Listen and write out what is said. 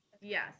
Yes